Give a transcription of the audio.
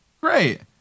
Great